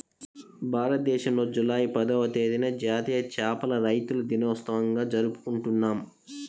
భారతదేశంలో జూలై పదవ తేదీన జాతీయ చేపల రైతుల దినోత్సవంగా జరుపుకుంటున్నాం